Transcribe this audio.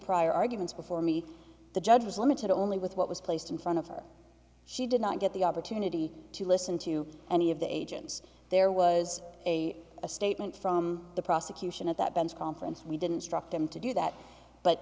prior arguments before me the judge was limited only with what was placed in front of her she did not get the opportunity to listen to any of the agents there was a a statement from the prosecution at that ben's conference we didn't drop them to do that but